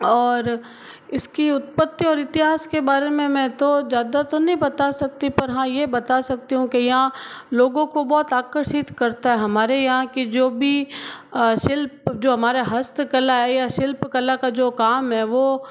और इसकी उत्पत्ति और इतिहास के बारे में मैं तो जादा तो नहीं बता सकती पर हाँ यह बता सकती हूँ की यहाँ लोगों को बहुत आकर्षित करता है हमारे यहाँ के जो भी शिल्प जो हमारे हस्तकला है या शिल्पकला का जो काम है वो